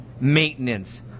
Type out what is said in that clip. maintenance